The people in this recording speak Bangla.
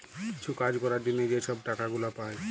কিছু কাজ ক্যরার জ্যনহে যে ছব টাকা গুলা পায়